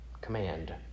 command